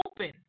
open